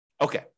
Okay